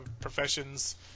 professions